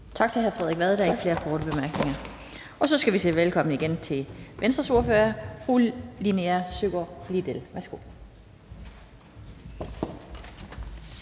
Tak til hr. Frederik Vad. Der er ikke flere korte bemærkninger. Så skal vi igen sige velkommen til Venstres ordfører, fru Linea Søgaard-Lidell. Værsgo.